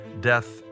death